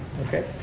okay.